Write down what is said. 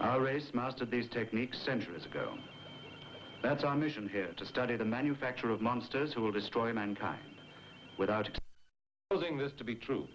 our race master this technique centuries ago that's our mission here to study the manufacture of monsters who will destroy mankind without causing this to be true